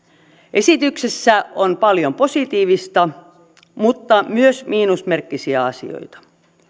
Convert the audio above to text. esityksessä on paljon positiivista mutta myös miinusmerkkisiä asioita